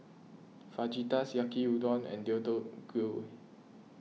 Fajitas Yaki Udon and Deodeok Gui